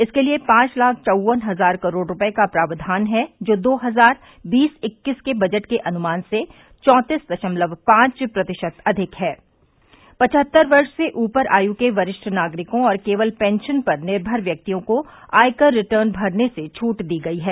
इसके लिए पांच लाख चौवन हजार करोड़ रुपये का प्रावधान है जो दो हजार बीस इक्कीस के बजट अनुमान से चौंतीस दशमलव पांच प्रतिशत अधिक है पचहत्तर वर्ष से ऊपर आय के वरिष्ठ नागरिकों और केवल पेंशन पर निर्भर व्यक्तियों को आयकर रिटर्न भरने से छूट दी गई है